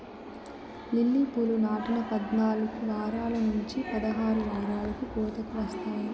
lily పూలు నాటిన పద్నాలుకు వారాల నుంచి పదహారు వారాలకు కోతకు వస్తాయి